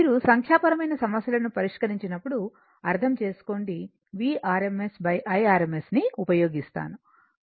మీరు సంఖ్యాపరమైన సమస్యలను పరిష్కరించినప్పుడు అర్థం చేసుకొండి v Rms I Rms ని ఉపయోగిస్తాను